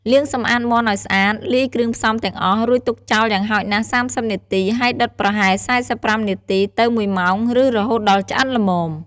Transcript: លាងសម្អាតមាន់ឱ្យស្អាត លាយគ្រឿងផ្សំទាំងអស់រួចទុកចោលយ៉ាងហោចណាស់ ៣០ នាទី ហើយដុតប្រហែល ៤៥ នាទី ទៅ ១ ម៉ោង ឬរហូតដល់ឆ្អិនល្មម។